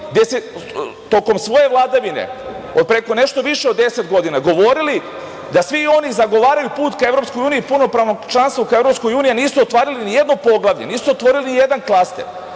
su oni tokom svoje vladavine od preko nešto više od 10 godina govorili da svi oni zagovaraju put ka EU, i punopravnom članstvu ka EU, a nisu otvarali ni jedno poglavlje, nisu otvorili ni jedan klaster,